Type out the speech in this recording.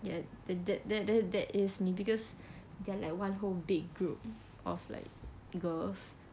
yah and that that that that is me because they're like one whole big group of like girls